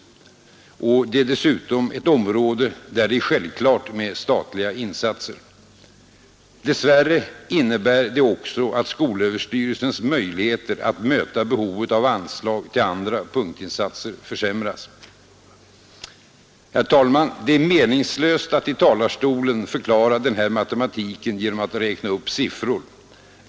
Det är dessutom ett område där det är självklart med statliga insatser. Dess värre innebär det också att skolöverstyrelsens möjligheter att möta behovet av anslag till andra punktinsatser försämras. Herr talman! Det är meningslöst att i talarstolen förklara den här matematiken genom att räkna upp siffror.